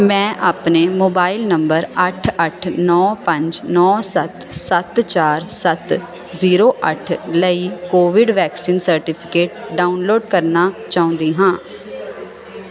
ਮੈਂ ਆਪਣੇ mobile number ਅੱਠ ਅੱਠ ਨੌਂ ਪੰਜ ਨੌਂ ਸੱਤ ਸੱਤ ਚਾਰ ਸੱਤ ਜ਼ੀਰੋ ਅੱਠ ਲਈ ਕੋਵਿਡ ਵੈਕਸੀਨ ਸਰਟੀਫਿਕੇਟ ਡਾਊਨਲੋਡ ਕਰਨਾ ਚਾਹੁੰਦੀ ਹਾਂ